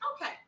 Okay